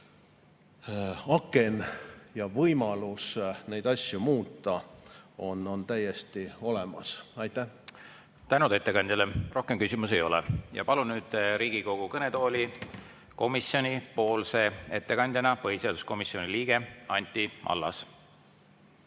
aken, ja võimalus neid asju muuta on täiesti olemas. Tänud ettekandjale! Rohkem küsimusi ei ole. Palun nüüd Riigikogu kõnetooli komisjoni ettekandjana põhiseaduskomisjoni liikme Anti Allase.